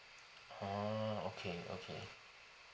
orh okay okay